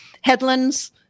Headlands